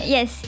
Yes